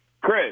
Chris